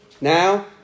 Now